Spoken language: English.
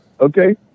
Okay